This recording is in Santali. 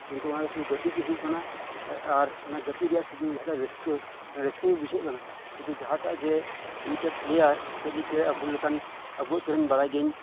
ᱠᱤᱱᱛᱩ ᱚᱱᱟ ᱫᱚ ᱥᱩᱫᱩ ᱜᱟᱛᱮᱜ ᱜᱮ ᱦᱩᱭᱩᱜ ᱠᱟᱱᱟ ᱟᱨ ᱚᱱᱟ ᱜᱟᱛᱮᱜ ᱨᱮᱭᱟᱜ ᱥᱩᱫᱷᱩ ᱨᱮᱭᱟᱜ ᱡᱟᱦᱟᱸᱴᱟᱜ ᱨᱟᱹᱥᱠᱟᱹ ᱨᱟᱹᱥᱠᱟᱹᱜᱮ ᱵᱩᱡᱷᱟᱹᱜ ᱠᱟᱱᱟ ᱠᱤᱱᱛᱩ ᱡᱟᱦᱟᱸᱴᱟᱜ ᱡᱮ ᱢᱤᱫ ᱴᱮᱱ ᱯᱞᱮᱭᱟᱨ ᱥᱮ ᱢᱤᱫ ᱴᱮᱱ ᱟᱵᱚ ᱞᱮᱠᱟᱱ ᱟᱵᱚ ᱟᱛᱩᱨᱮᱱ ᱵᱟᱲᱟᱭ ᱜᱤᱭᱟᱹᱧ